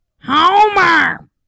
Homer